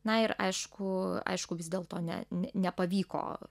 na ir aišku aišku vis dėlto ne nepavyko